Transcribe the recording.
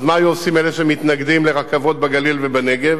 אז מה היו עושים אלה שמתנגדים לרכבות בגליל ובנגב?